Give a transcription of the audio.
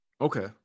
Okay